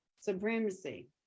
supremacy